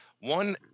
One